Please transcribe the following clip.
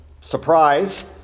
surprise